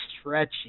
stretchy